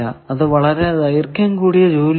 അത് വളരെ ദൈർഘ്യം കൂടിയ ജോലി ആണ്